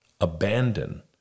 abandon